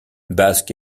basque